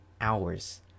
hours